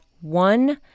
one